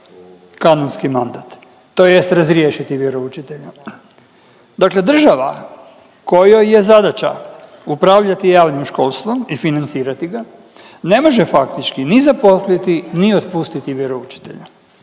kanonski mandat tj. razriješiti vjeroučitelja. Dakle država kojoj je zadaća upravljati javnim školstvom i financirati ga ne može faktički ni zaposliti, ni otpustiti vjeroučitelja.